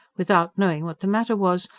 without knowing what the matter was,